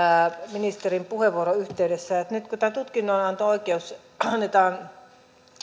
ministerin puheenvuoron yhteydessä nyt kun tämä tutkinnonanto oikeus annetaan